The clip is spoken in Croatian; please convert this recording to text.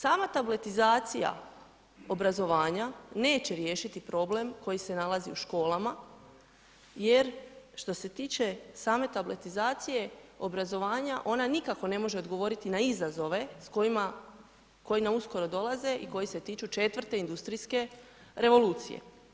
Sama tabletizacija obrazovanja neće riješiti problem koji se nalazi u školama jer što se tiče same tabletizacije obrazovanja ona nikako ne može odgovoriti na izazove koji nam uskoro dolaze i koji se tiču 4. industrijske revolucije.